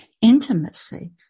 intimacy